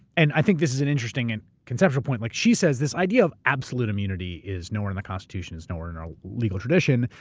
and i think this is an interesting and conceptual point. like she says, this idea of absolute immunity is nowhere in the constitution. it's nowhere in our legal tradition,